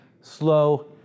slow